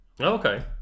Okay